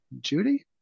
Judy